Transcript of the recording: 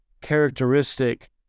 characteristic